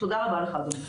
תודה רבה לך, אדוני.